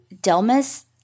Delmas